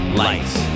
lights